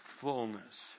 fullness